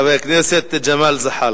חבר הכנסת ג'מאל זחאלקה.